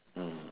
mm